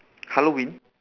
halloween